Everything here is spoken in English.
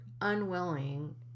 unwilling